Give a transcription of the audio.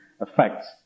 effects